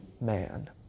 man